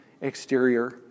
exterior